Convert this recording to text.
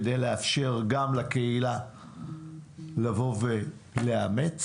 כדי לאפשר גם לקהילה לבוא ולאמץ.